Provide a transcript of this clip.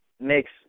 makes